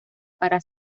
para